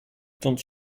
don’t